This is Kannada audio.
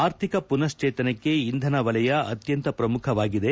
ಆರ್ಥಿಕ ಮನಃಶ್ಲೇತನಕ್ಕೆ ಇಂಧನ ವಲಯ ಅತ್ಯಂತ ಪ್ರಮುಖವಾಗಿದೆ